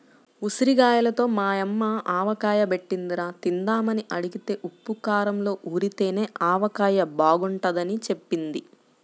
ఉసిరిగాయలతో మా యమ్మ ఆవకాయ బెట్టిందిరా, తిందామని అడిగితే ఉప్పూ కారంలో ఊరితేనే ఆవకాయ బాగుంటదని జెప్పింది